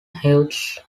heights